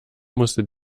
musste